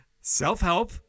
self-help